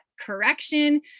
correction